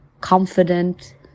confident